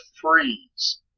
freeze